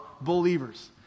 believers